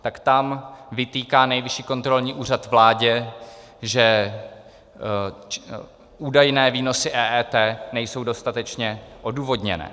Tak tam vytýká Nejvyšší kontrolní úřad vládě, že údajné výnosy EET nejsou dostatečně odůvodněné.